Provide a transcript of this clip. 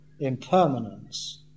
impermanence